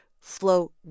flow